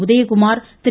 Udhayakumar Thiru